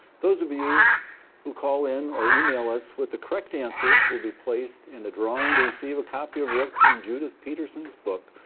those of you who call in or email us with the correct answer will be placed in a drawing to receive a copy of rick and judith peterson's book,